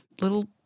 Little